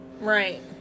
right